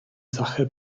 sache